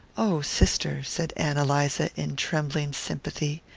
oh, sister, said ann eliza, in trembling sympathy.